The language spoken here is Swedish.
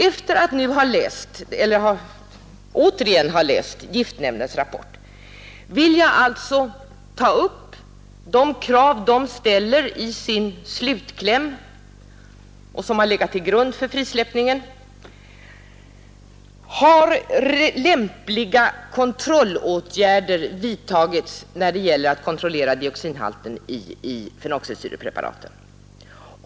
Efter att nu åter ha läst giftnämndens rapport vill jag ta upp de krav som nämnden ställer i sin slutkläm och som har legat till grund för frisläppningen. Jag frågar därför: Har lämpliga åtgärder vidtagits när det gäller att kontrollera dioxinhalten i fenoxisyrepreparaten?